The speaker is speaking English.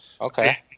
Okay